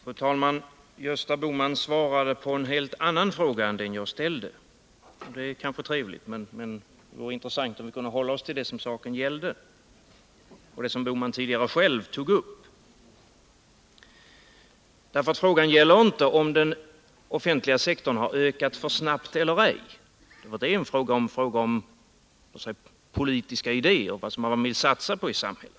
Fru talman! Gösta Bohman svarade på en helt annan fråga än den jag ställde, och det var kanske trevligt, men det vore intressant om vi kunde hålla oss till det saken gällde och det som Gösta Bohman själv tog upp tidigare. Frågan gällde nämligen inte om den offentliga sektorn har ökat för snabbt eller ej, för det är mera en fråga om politiska idéer och om vad man vill medverka till att satsa på i samhället.